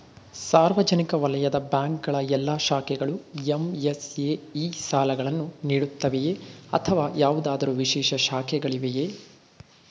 ಸಾರ್ವಜನಿಕ ವಲಯದ ಬ್ಯಾಂಕ್ ಗಳ ಎಲ್ಲಾ ಶಾಖೆಗಳು ಎಂ.ಎಸ್.ಎಂ.ಇ ಸಾಲಗಳನ್ನು ನೀಡುತ್ತವೆಯೇ ಅಥವಾ ಯಾವುದಾದರು ವಿಶೇಷ ಶಾಖೆಗಳಿವೆಯೇ?